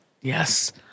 Yes